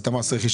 את מס הרכישה,